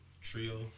trio